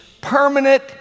permanent